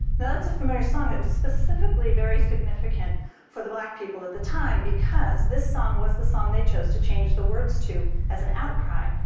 that's a familiar song that was specifically very significant for the black people at the time, because this song was the song they chose to change the words to as an outcry,